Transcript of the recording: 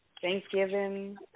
Thanksgiving